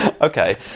Okay